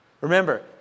Remember